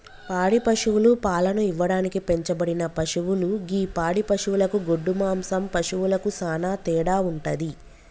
పాడి పశువులు పాలను ఇవ్వడానికి పెంచబడిన పశువులు గి పాడి పశువులకు గొడ్డు మాంసం పశువులకు సానా తేడా వుంటది